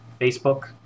Facebook